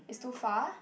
is too far